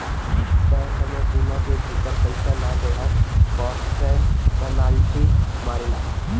तय समय सीमा के भीतर पईसा ना देहला पअ बैंक पेनाल्टी मारेले